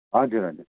हजुर हजुर